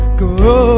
go